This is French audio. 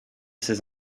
ses